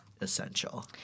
essential